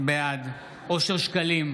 בעד אושר שקלים,